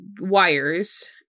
wires